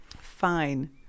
Fine